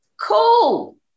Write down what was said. Cool